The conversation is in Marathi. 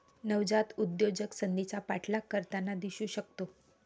नवजात उद्योजक संधीचा पाठलाग करताना दिसू शकतो